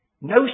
no